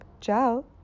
Ciao